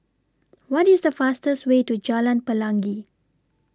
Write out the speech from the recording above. What IS The fastest Way to Jalan Pelangi